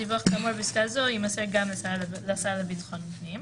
דיווח כאמור בפסקה זו יימסר גם לשר לביטחון הפנים,